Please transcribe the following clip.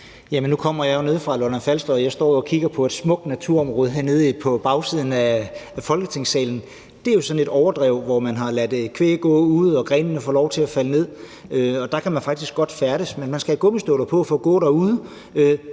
kigger ned på bagvæggen, ser jeg et billede af et smukt naturområde derfra. Det er jo sådan et overdrev, hvor man har ladet kvæg gå ude og grenene får lov til at falde ned, og der kan man faktisk godt færdes, men man skal have gummistøvler på, når man går derude.